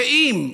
ואם,